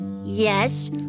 Yes